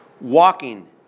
walking